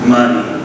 Money